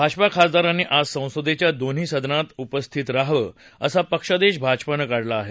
भाजपा खासदारांनी आज संसदेच्या दोन्ही सदनात उपस्थित रहावं असा पक्षादेश भाजपानं काढला आहे